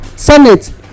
Senate